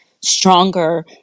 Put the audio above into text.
stronger